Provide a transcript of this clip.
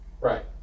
Right